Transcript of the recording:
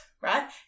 right